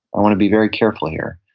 i want to be very careful here.